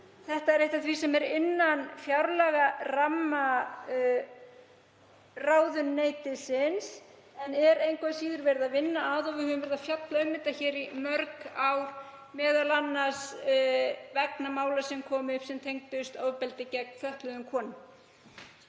Þetta er eitt af því sem er innan fjárlagaramma ráðuneytisins en er engu að síður verið að vinna að og við höfum verið að fjalla um þetta hér í mörg ár, m.a. vegna mála sem komu upp sem tengdust ofbeldi gegn fötluðum konum.